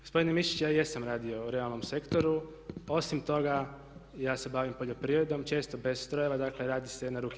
Gospodine Mišić ja jesam radio u realnom sektoru, osim toga ja se bavim poljoprivredom, često bez strojeva, dakle radim sve na ruke.